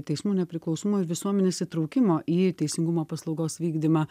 teismų nepriklausomumo ir visuomenės įtraukimo į teisingumo paslaugos vykdymą